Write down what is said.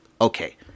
okay